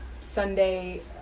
Sunday